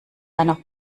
einer